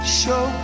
show